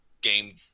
game